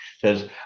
says